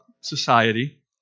society